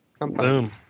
boom